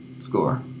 score